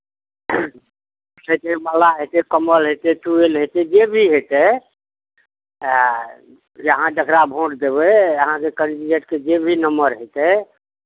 जइसे माला हेतै कमल हेतै ट्युबवेल हेतै जे भी हेतै अहाँ जकरा भोट देबै अहाँके कन्डिडेटके जे भी नम्बर हेतै